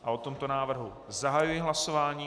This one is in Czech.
O tomto návrhu zahajuji hlasování.